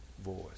voice